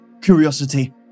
curiosity